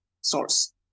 source